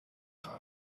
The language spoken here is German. nach